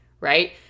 right